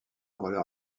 roller